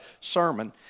sermon